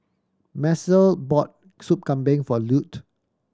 Macel bought Soup Kambing for Lute